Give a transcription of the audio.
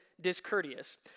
discourteous